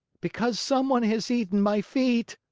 because someone has eaten my feet.